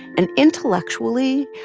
and intellectually,